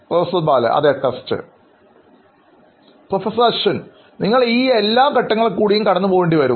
professor ബാലടെസ്റ്റ് professor Ashwin നിങ്ങൾ ഈ എല്ലാ ഘട്ടങ്ങൾ കൂടിയും കടന്നു പോകേണ്ടിവരും